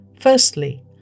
Firstly